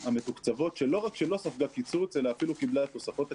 המתוקצבות שלא רק שלא ספגה קיצוץ אלא אפילו קיבלה תוספות תקציביות,